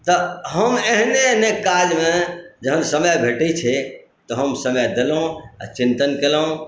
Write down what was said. तऽ हम एहने एहने काजमे जहन समय भेटैत छै तऽ हम समय देलहुँ आ चिंतन केलहुँ